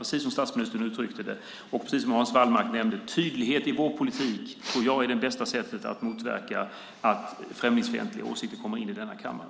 Precis som statsministern uttryckte det och som Hans Wallmark nämnde är tydlighet i vår politik det bästa sättet att motverka att främlingsfientliga åsikter kommer in i denna kammare.